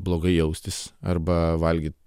blogai jaustis arba valgyt